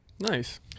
Nice